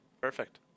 perfect